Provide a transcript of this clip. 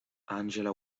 angela